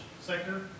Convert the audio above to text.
sector